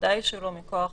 בוודאי שלא לגרוע